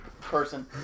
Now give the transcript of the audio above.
person